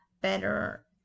better